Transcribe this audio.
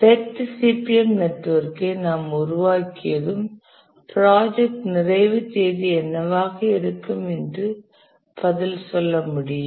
PERT CPM நெட்வொர்க்கை நாம் உருவாக்கியதும் ப்ராஜெக்ட் நிறைவு தேதி என்னவாக இருக்கும் என்று பதில் சொல்ல முடியும்